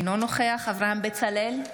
אינו נוכח אברהם בצלאל,